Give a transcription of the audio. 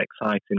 exciting